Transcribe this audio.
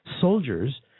soldiers